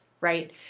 right